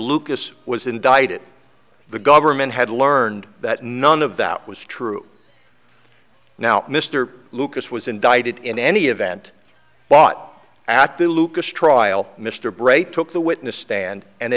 lucas was indicted the government had learned that none of that was true now mr lucas was indicted in any event but at the lucas trial mr bray took the witness stand and